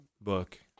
book